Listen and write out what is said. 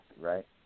right